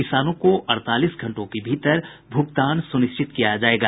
किसानों को अड़तालीस घंटों के भीतर भुगतान सुनिश्चित किया जायेगा